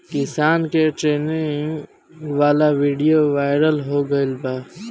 किसान के ट्रेनिंग वाला विडीओ वायरल हो गईल बा